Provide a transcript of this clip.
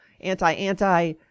anti-anti-